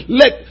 let